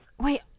Wait